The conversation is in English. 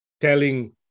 telling